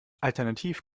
alternativ